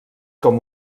com